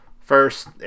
first